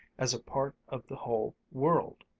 as a part of the whole world.